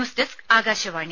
news desk Akashvani